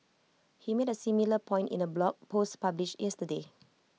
he made A similar point in A blog post published yesterday